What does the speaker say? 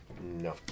No